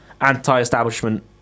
anti-establishment